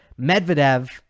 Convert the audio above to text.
Medvedev